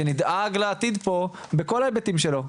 שנדאג לעתיד פה בכל ההיבטים שלו,